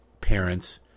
parents